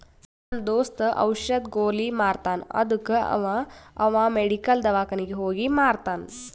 ನಮ್ ದೋಸ್ತ ಔಷದ್, ಗೊಲಿ ಮಾರ್ತಾನ್ ಅದ್ದುಕ ಅವಾ ಅವ್ ಮೆಡಿಕಲ್, ದವ್ಕಾನಿಗ್ ಹೋಗಿ ಮಾರ್ತಾನ್